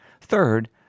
Third